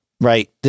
right